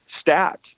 stat